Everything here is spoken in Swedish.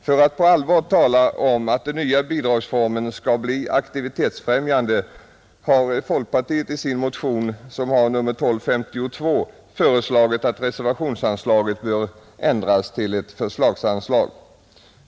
För att på allvar tala om att den nya bidragsformen skall bli aktivitetsfrämjande har folkpartiet i sin motion nr 1252 föreslagit att reservationsanslaget ändras till ett förslagsanslag.